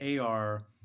AR